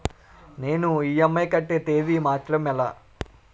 నేను ఇ.ఎం.ఐ కట్టే తేదీ మార్చడం ఎలా?